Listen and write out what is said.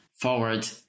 forward